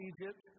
Egypt